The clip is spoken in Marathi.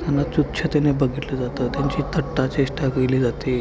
त्यांना तुच्छतेने बघितलं जातं त्यांची थट्टा चेष्टा केली जाते